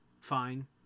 fine